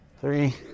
three